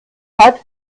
hat